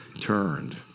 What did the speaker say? turned